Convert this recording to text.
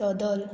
दोदोल